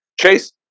Chase